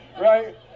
Right